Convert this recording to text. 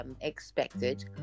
expected